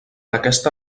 aquesta